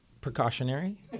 precautionary